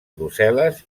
brussel·les